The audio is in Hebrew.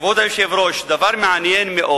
כבוד היושב-ראש, דבר מעניין מאוד